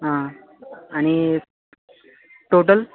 हां आणि टोटल